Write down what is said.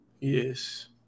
Yes